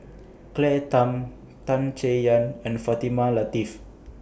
Claire Tham Tan Chay Yan and Fatimah Lateef